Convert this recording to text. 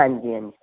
ਹਾਂਜੀ ਹਾਂਜੀ